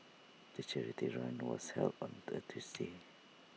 the charity run was held on the A Tuesday